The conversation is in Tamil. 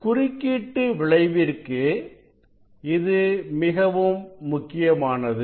குறுக்கீட்டு விளைவிற்கு இது மிகவும் முக்கியமானது